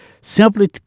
Simply